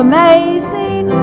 Amazing